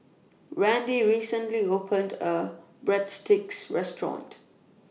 Rand recently opened A Breadsticks Restaurant